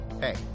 Hey